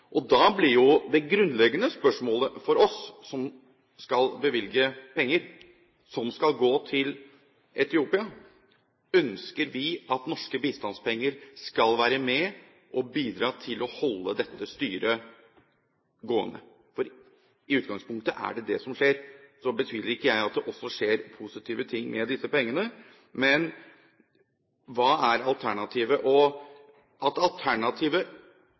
bildet. Da blir det grunnleggende spørsmålet for oss som skal bevilge penger som skal gå til Etiopia: Ønsker vi at norske bistandspenger skal være med på å bidra til å holde dette styret gående? I utgangspunktet er det det som skjer. Så betviler ikke jeg at det skjer positive ting med disse pengene. Men hva er alternativet? At alternativet